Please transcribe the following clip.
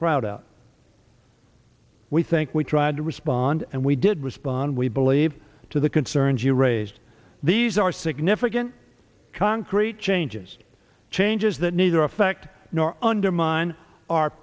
crowd out we think we tried to respond and we did respond we believe to the concerns you raised these are significant concrete changes changes that neither affect nor undermine our